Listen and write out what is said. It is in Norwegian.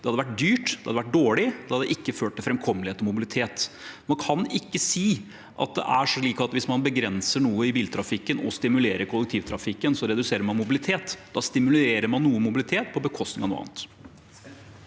det hadde vært dårlig, og det hadde ikke ført til framkommelighet og mobilitet. Man kan ikke si det er slik at hvis man begrenser noe i biltrafikken og stimulerer kollektivtrafikken, så reduserer man mobilitet. Da stimulerer man noe mobilitet på bekostning av noe annet.